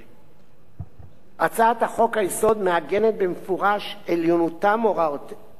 הצעת חוק-היסוד מעגנת במפורש עליונותם של הוראות חוקי-היסוד